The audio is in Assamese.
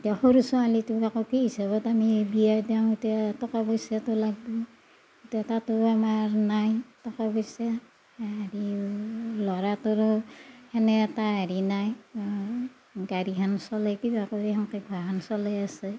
এতিয়া সৰু ছোৱালীটোক আকৌ কি হিচাপত আমি বিয়া দিওঁ এতিয়া টকা পইচাটো লাগিব এতিয়া তাতো আমাৰ নাই টকা পইচা ল'ৰাটোৰো সেনে এটা হেৰি নাই গাড়ীখন চলাই কিবা কৰি সেনেকে ঘৰখন চলাই আছে